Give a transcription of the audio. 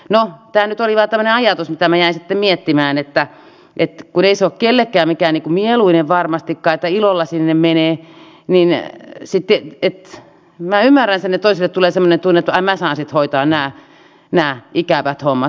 no tämä nyt oli vain tämmöinen ajatus mitä minä jäin miettimään että kun ei se varmastikaan ole kellekään mikään mieluinen että ilolla sinne menee niin sitten minä ymmärrän sen että toisille tulee semmoinen tunne että ai minä saan sitten hoitaa nämä ikävät hommat